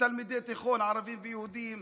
מתלמידי תיכון ערבים ויהודים.